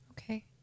Okay